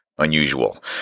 unusual